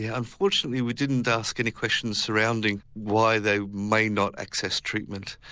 yeah unfortunately we didn't ask any questions surrounding why they may not access treatment.